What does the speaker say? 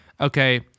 Okay